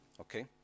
okay